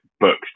books